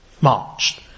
marched